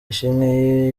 ishimwe